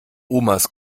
omas